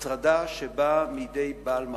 הטרדה שבאה מידי בעל מרות,